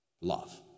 love